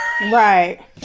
Right